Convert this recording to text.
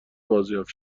بازیافت